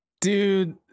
dude